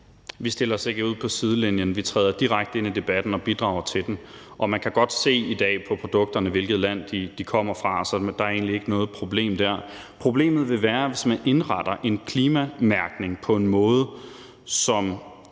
Vi stiller os ikke ud på sidelinjen, vi træder direkte ind i debatten og bidrager til den. Man kan i dag godt se på produkterne, hvilket land de kommer fra, så der er egentlig ikke noget problem der. Der vil være et problem, hvis man indretter en klimamærkning på en måde, som